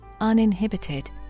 uninhibited